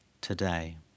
today